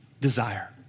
desire